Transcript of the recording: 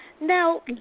Now